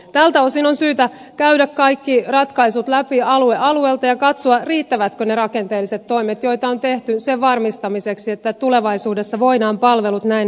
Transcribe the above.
tältä osin syytä käydä kaikki ratkaisut läpi alue alueelta ja katsoa riittävätkö ne rakenteelliset toimet joita on tehty sen varmistamiseksi että tulevaisuudessa voidaan palvelut näin turvata